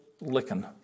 licking